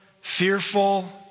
fearful